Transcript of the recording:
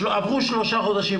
עברו שלושה חודשים,